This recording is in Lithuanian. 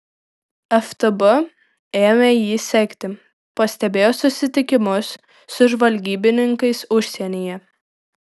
ftb ėmė jį sekti pastebėjo susitikimus su žvalgybininkais užsienyje